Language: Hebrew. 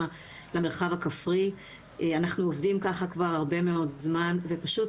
אנחנו עובדים ככה כבר הרבה מאוד זמן ופשוט